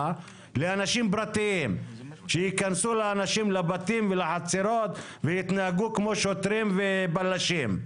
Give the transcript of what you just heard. לאנשים פרטיים שייכנסו לאנשים לבתים ולחצרות ויתנהגו כמו שוטרים ובלשים.